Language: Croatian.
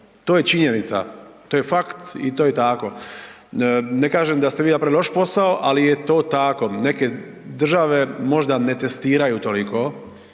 To je činjenica, to je faks i to je tako. Ne kažem da ste vi napravili loš posao, ali je to tako, neke države možda ne testiraju toliko,